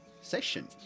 session